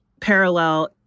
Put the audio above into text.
parallel